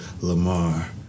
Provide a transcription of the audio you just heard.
Lamar